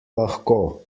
lahko